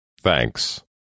Thanks